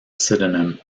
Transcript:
pseudonym